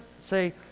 say